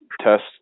Test